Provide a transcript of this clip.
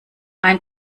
ein